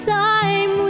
time